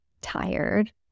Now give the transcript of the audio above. tired